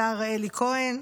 השר אלי כהן.